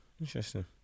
Interesting